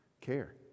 care